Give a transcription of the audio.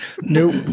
Nope